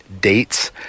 dates